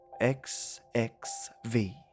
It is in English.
XXV